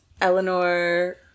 Eleanor